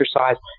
exercise